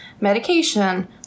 medication